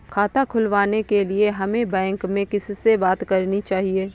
खाता खुलवाने के लिए हमें बैंक में किससे बात करनी चाहिए?